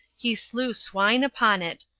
he slew swine upon it,